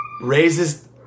raises